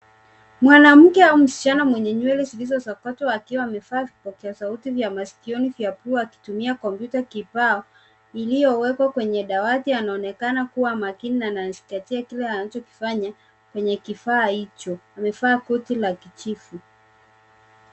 Mwanamke au msichana mwenye nywele zilizo sokotwa akiwa amevaa vipokea sauti vya maskioni vya pua akitumia kompyuta kibao iliyowekwa kwenye dawati anaonekana kuwa makini na ana zingatia kile anachokifanya kwenye kifaa hicho. Amevaa koti la kijivu